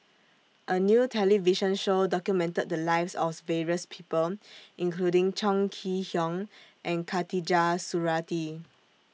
A New television Show documented The Lives of various People including Chong Kee Hiong and Khatijah Surattee